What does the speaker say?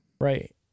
Right